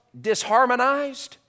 disharmonized